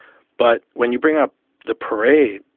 but when you bring up the parade,